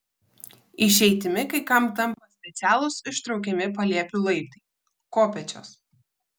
išeitimi kai kam tampa specialūs ištraukiami palėpių laiptai kopėčios